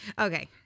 Okay